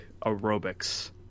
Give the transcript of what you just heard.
aerobics